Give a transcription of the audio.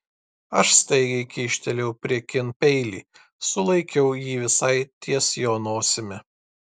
aš staigiai kyštelėjau priekin peilį sulaikiau jį visai ties jo nosimi